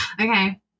Okay